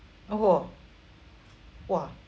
oh !wah!